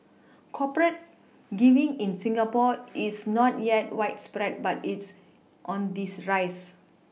corporate giving in Singapore is not yet widespread but it's on these rise